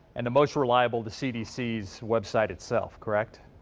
and the most reliable, the cdc's web site itself correct.